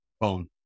phone